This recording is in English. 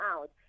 out